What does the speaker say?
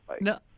No